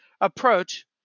approach